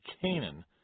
Canaan